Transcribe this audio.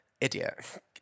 Idiot